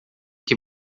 que